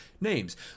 names